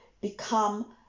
become